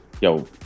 Yo